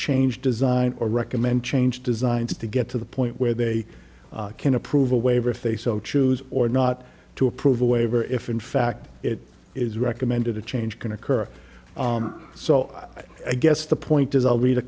change design or recommend change designs to get to the point where they can approve a waiver if they so choose or not to approve a waiver if in fact it is recommended a change can occur so i guess the point is i'll read a